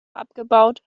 abgebaut